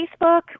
Facebook